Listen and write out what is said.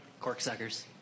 Corksuckers